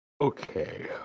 Okay